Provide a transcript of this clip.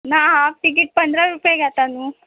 ना half ticket पंदरा रुपया घेता न्हू